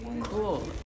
cool